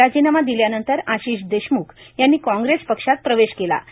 राजीनामा दिल्यानंतर आशिष देशम्ख यांनी कॉग्रेस पक्षात प्रवेश केला होता